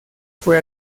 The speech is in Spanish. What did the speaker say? fue